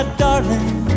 darling